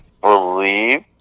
believe